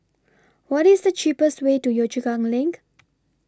What IS The cheapest Way to Yio Chu Kang LINK